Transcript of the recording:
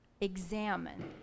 Examine